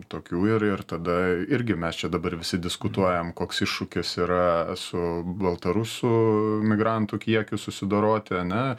tokių ir ir tada irgi mes čia dabar visi diskutuojam koks iššūkis yra su baltarusų migrantų kiekiu susidoroti ane